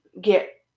get